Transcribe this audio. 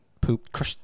poop